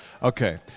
Okay